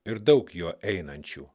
ir daug juo einančių